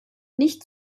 nicht